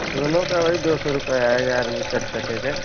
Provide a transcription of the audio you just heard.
दोनों का वही दो सौ रुपये आएगा आर्मी कट कटेगा